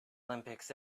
olympics